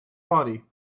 body